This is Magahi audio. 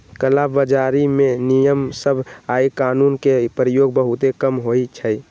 कला बजारी में नियम सभ आऽ कानून के प्रयोग बहुते कम होइ छइ